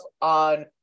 on